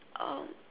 um